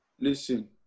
listen